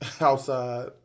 outside